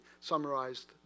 summarized